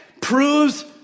proves